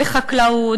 בחקלאות,